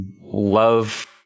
Love